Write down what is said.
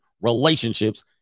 relationships